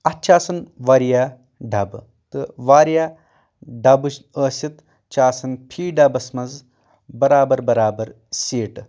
اَتھ چھِ آسان واریاہ ڈبہٕ تہٕ واریاہ ڈبہٕ ٲسِتھ چھِ آسان فی ڈبَس منٛز برابر برابر سیٖٹہٕ